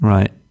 Right